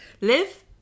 Live